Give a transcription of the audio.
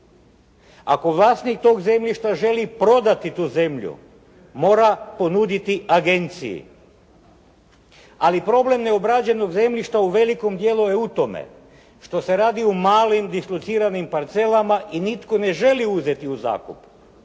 Ako vlasnik tog zemljišta želi prodati tu zemlju, mora ponuditi agenciji. Ali problem ne obrađenog zemljišta u veliko djelu je u tome, što se radi o malim dislociranim parcelama i nitko ne želi uzeti u zakup.